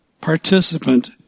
participant